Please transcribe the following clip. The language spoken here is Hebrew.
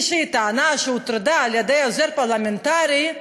מישהי טענה שהוטרדה על-ידי עוזר פרלמנטרי,